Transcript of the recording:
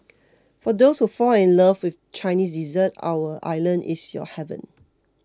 for those who fall in love with Chinese dessert our island is your heaven